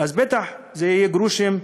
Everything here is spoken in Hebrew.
בטח זה יהיה גרושים,